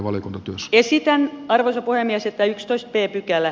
esitän arvoisa puhemies että yksitoista pykälä